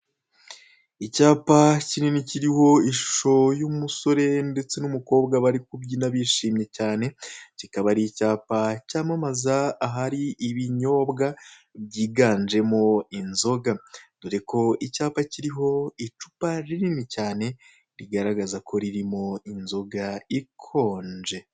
Icyapa kinini kiriho ishusho y'umusore ndetse n'umukobwa bari kubyina bishimye kikaba ari i8cyapa cyamamaza ahari ibinyobwa, byiganjemo inzoga, dore ko icyapa kiriho icupa rini i cyane, kigaragaza ko hari inzoga ikonje.